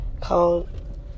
called